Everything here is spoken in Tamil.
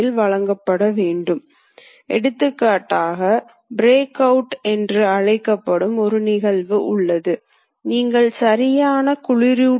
இந்த இயந்திரங்கள் நன்றாக வடிவமைக்கப்பட்டுள்ளதால் வேலையில்லா நேரம் குறைகிறது